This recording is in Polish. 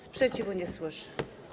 Sprzeciwu nie słyszę.